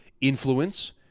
influence